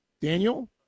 Daniel